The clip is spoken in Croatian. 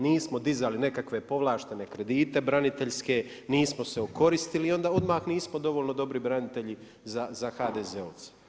Nismo dizali nekakve povlaštene kredite braniteljske, nismo se okoristili i odmah nismo dovoljno dobri branitelji za HDZ-ovce.